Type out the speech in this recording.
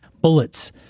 bullets